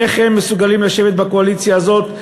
איך הם מסוגלים לשבת בקואליציה הזאת,